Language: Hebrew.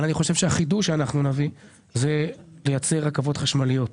אבל אני חושב שהחידוש שאנחנו נביא זה לייצר רכבות חשמליות,